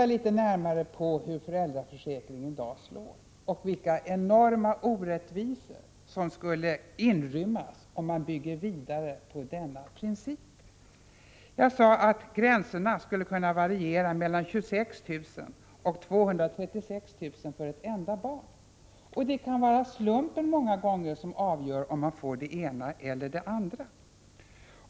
Se litet närmare på hur föräldraförsäkringen i dag slår och vilka enorma orättvisor som skulle inrymmas om man byggde vidare på denna princip. Jag sade att beloppen skulle kunna variera mellan 26 000 och 236 000 kr. för ett enda barn. Och det kan många gånger vara slumpen som avgör om man får det ena eller det andra.